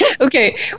Okay